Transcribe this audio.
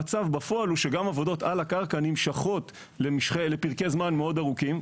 המצב בפועל הוא שגם עבודות על הקרקע נמשכות לפרקי זמן מאוד ארוכים,